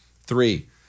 three